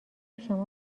شما